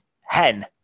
hen